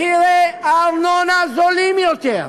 מחירי הארנונה זולים יותר,